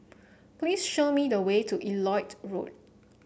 please show me the way to Elliot Road